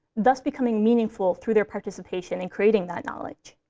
thus becoming meaningful through their participation in creating that knowledge.